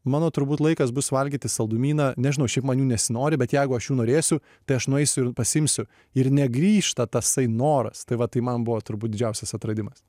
mano turbūt laikas bus valgyti saldumyną nežinau šiaip man jų nesinori bet jeigu aš jų norėsiu tai aš nueisiu ir pasiimsiu ir negrįžta tasai noras tai va tai man buvo turbūt didžiausias atradimas